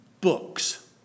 Books